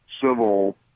civil